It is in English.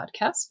Podcast